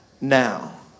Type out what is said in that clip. now